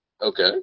Okay